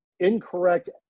incorrect